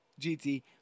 GT